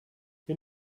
you